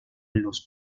los